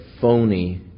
phony